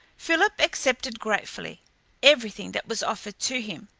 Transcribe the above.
philip accepted gratefully everything that was offered to him.